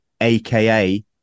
AKA